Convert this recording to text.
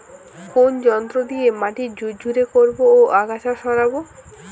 কোন যন্ত্র দিয়ে মাটি ঝুরঝুরে করব ও আগাছা সরাবো?